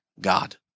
God